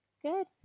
good